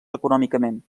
econòmicament